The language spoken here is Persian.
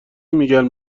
میگن